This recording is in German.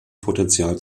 potential